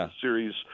Series